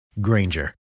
Granger